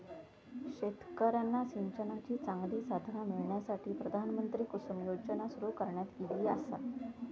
शेतकऱ्यांका सिंचनाची चांगली साधना मिळण्यासाठी, प्रधानमंत्री कुसुम योजना सुरू करण्यात ईली आसा